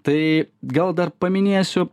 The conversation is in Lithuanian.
tai gal dar paminėsiu